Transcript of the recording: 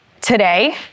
today